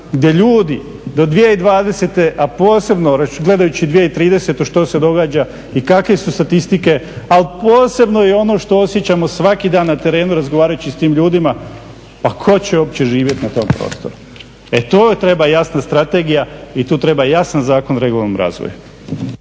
gdje ljudi do 2020., a posebno gledajući 2030. što se događa i kakve su statistike ali i posebno i ono što osjećamo svaki dan na terenu razgovarajući sa tim ljudima. Pa tko će uopće živjet na tom prostoru? E to treba jasna strategije i tu treba jasan Zakon o regionalnom razvoju.